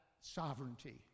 sovereignty